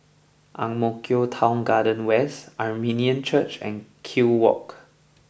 Ang Mo Kio Town Garden West Armenian Church and Kew Walk